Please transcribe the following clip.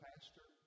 pastor